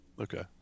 Okay